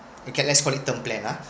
okay let's call it term plan ah